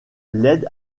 l’aide